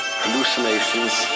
hallucinations